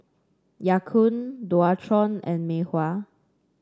Ya Kun Dualtron and Mei Hua